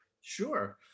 Sure